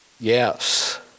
Yes